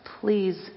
Please